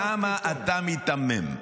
למה אתה מיתמם?